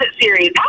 series